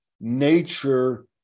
nature